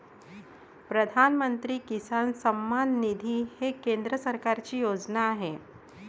प्रधानमंत्री किसान सन्मान निधी ही केंद्र सरकारची योजना आहे